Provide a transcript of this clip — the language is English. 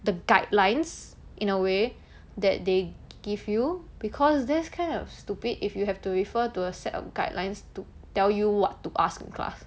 the guidelines in a way that they give you because that's kind of stupid if you have to refer to a set of guidelines to tell you what to ask in class